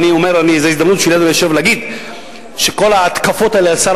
וזאת ההזדמנות שלי להגיד שכל ההתקפות האלה על שר